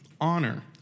honor